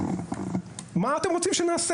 מה אתם רוצים שנעשה?